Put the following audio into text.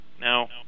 Now